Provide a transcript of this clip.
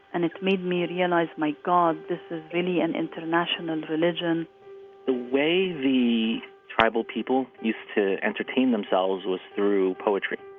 and it made me realize, my god, this is really an international religion the way the tribal people used to entertain themselves was through poetry,